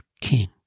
King